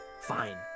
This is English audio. Fine